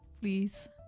please